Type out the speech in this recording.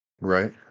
Right